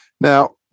Now